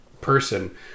person